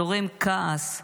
זורם כעס,